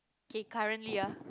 K currently ah